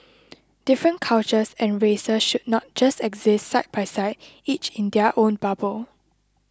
different cultures and races should not just exist side by side each in their own bubble